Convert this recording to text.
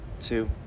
Two